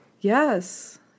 Yes